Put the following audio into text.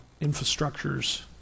infrastructures